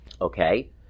Okay